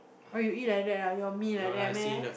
what you eat like that ah your meal like that meh